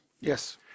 Yes